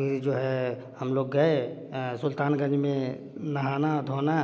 फिर जो है हम लोग गए सुल्तानगंज में नहाना धोना